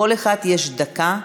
לכל אחד יש דקה.